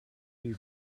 you